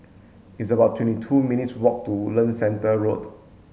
it's about twenty two minutes' walk to Woodlands Centre Road